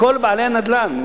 לכל בעלי הנדל"ן,